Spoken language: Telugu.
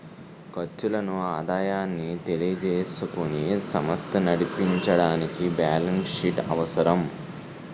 ఖర్చులను ఆదాయాన్ని తెలియజేసుకుని సమస్త నడిపించడానికి బ్యాలెన్స్ షీట్ అవసరం